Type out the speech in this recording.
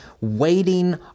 waiting